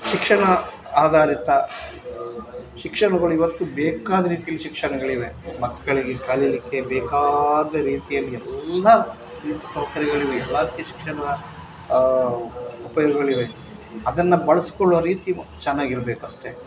ಶಿಕ್ಷಣ ಆಧಾರಿತ ಶಿಕ್ಷಣಗಳು ಇವತ್ತು ಬೇಕಾದ ರೀತಿಲಿ ಶಿಕ್ಷಣಗಳಿವೆ ಮಕ್ಕಳಿಗೆ ಕಲಿಯಲಿಕ್ಕೆ ಬೇಕಾದ ರೀತಿಯಲ್ಲಿ ಎಲ್ಲ ರೀತಿ ಸೌಕರ್ಯಗಳಿವೆ ಎಲ್ಲ ರೀತಿ ಶಿಕ್ಷಣದ ಉಪಯೋಗಗಳಿವೆ ಅದನ್ನು ಬಳಸಿಕೊಳ್ಳುವ ರೀತಿ ಚೆನ್ನಾಗಿರ್ಬೇಕು ಅಷ್ಟೇ